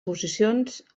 posicions